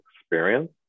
experience